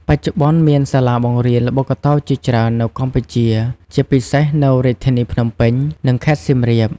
បច្ចុប្បន្ន មានសាលាបង្រៀនល្បុក្កតោជាច្រើននៅកម្ពុជា ជាពិសេសនៅរាជធានីភ្នំពេញ និងខេត្តសៀមរាប។